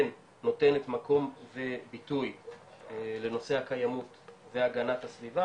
נותנת מקום וביטוי לנושא הקיימות והגנת הסביבה,